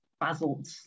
basalt